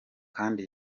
kandi